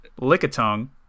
lick-a-tongue